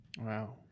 Wow